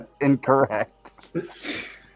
Incorrect